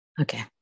Okay